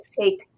take